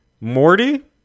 Morty